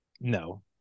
No